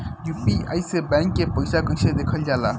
UPI से bank के पैसा कैसे देखल जाला?